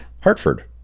Hartford